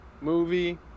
movie